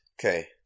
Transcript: Okay